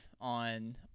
on